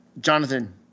jonathan